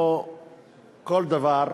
כמו כל דבר,